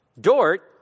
Dort